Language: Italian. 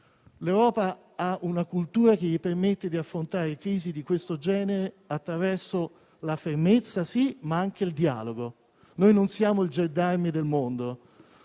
L'Europa ha una cultura che le permette di affrontare crisi di questo genere attraverso la fermezza, certamente, ma anche attraverso il dialogo. Noi non siamo il gendarme del mondo,